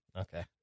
Okay